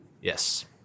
Yes